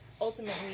ultimately